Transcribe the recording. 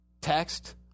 text